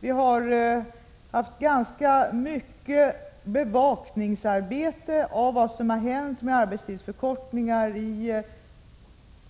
Vi har haft ganska mycket av bevakningsarbete för att hålla oss underrättade om vad som har hänt i fråga om arbetstidsförkortningar i